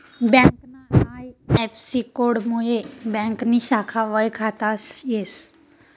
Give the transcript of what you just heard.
ब्यांकना आय.एफ.सी.कोडमुये ब्यांकनी शाखा वयखता येस